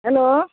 hello